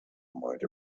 might